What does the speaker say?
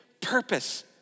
purpose